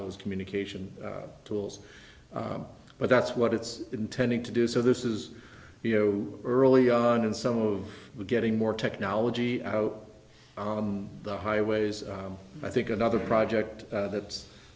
those communication tools but that's what it's intending to do so this is you know early on in some of the getting more technology out on the highways i think another project that's